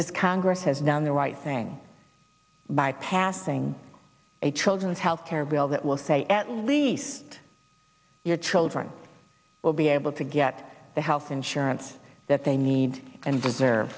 is congress has done the right thing by passing a children's healthcare bill that will say at least your children will be able to get the health insurance that they need and deser